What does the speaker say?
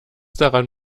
daran